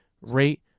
rate